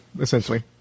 essentially